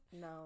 no